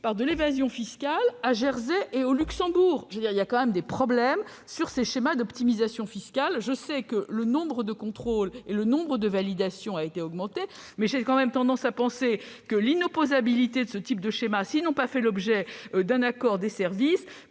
par de l'évasion fiscale à Jersey et au Luxembourg. Il y a tout de même des problèmes sur ces schémas d'optimisation fiscale ! Je sais que le nombre de contrôles et de validations a été augmenté. Mais j'ai tendance à penser que l'inopposabilité de ce type de schémas s'ils n'ont pas fait l'objet d'un accord des services